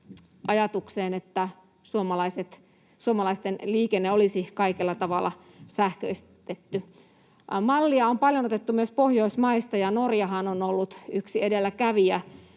ajatukseen, että suomalaisten liikenne olisi kaikella tavalla sähköistetty. Mallia on paljon otettu myös Pohjoismaista, ja Norjahan on ollut yksi edelläkävijä.